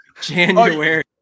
January